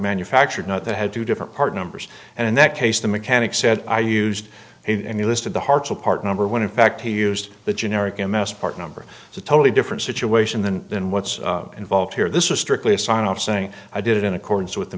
manufactured not that had two different part numbers and in that case the mechanic said i used it and he listed the hard part number when in fact he used the generic m s part number is a totally different situation than than what's involved here this was strictly a sign off saying i did it in accordance with the